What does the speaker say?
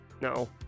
No